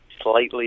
slightly